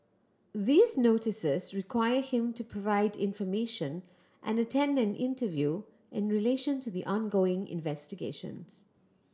these Notices require him to provide information and attend an interview in relation to the ongoing investigations